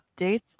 updates